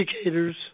educators